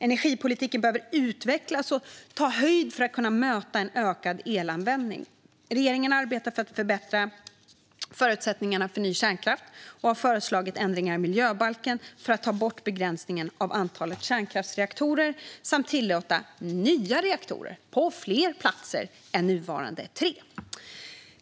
Energipolitiken behöver utvecklas och ta höjd för att kunna möta en ökad elanvändning. Regeringen arbetar för att förbättra förutsättningarna för ny kärnkraft och har föreslagit ändringar i miljöbalken för att ta bort begränsningen av antalet kärnkraftsreaktorer samt tillåta nya reaktorer på fler platser än nuvarande tre.